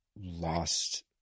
lost